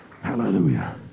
hallelujah